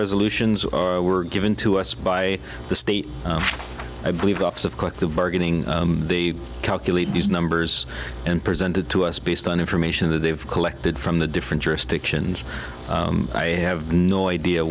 resolutions or were given to us by the state i believe the office of collective bargaining they calculate these numbers and presented to us based on information that they've collected from the different jurisdictions i have no idea